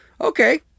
Okay